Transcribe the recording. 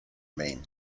maine